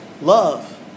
love